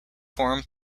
form